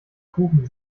kuchen